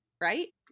right